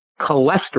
cholesterol